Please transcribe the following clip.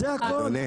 זה הכול.